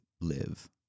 live